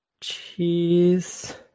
Cheese